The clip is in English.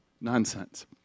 Nonsense